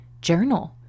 journal